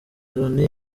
loni